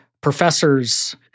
professors